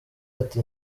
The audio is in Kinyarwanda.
ati